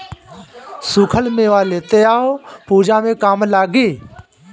सुखल मेवा लेते आव पूजा में काम लागी